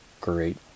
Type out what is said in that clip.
great